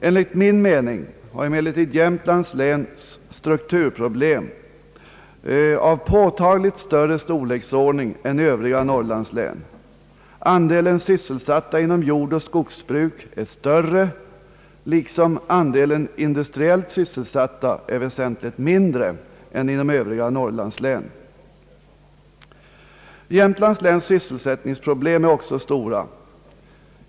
Enligt min mening har emellertid Jämtlands län strukturproblem av påtagligt större storleksordning än övriga norrlandslän. Andelen sysselsatta inom jordoch skogsbruk är större liksom andelen industriellt sysselsatta är väsentligt mindre än inom Övriga norrlandslän. Jämtlands läns <sysselsättningsproblem är också stora.